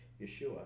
Yeshua